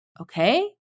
okay